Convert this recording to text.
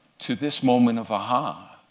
to this moment of a-ha,